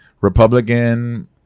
Republican